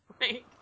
Right